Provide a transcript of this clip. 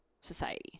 society